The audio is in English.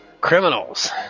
criminals